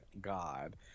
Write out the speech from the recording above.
God